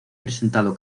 presentado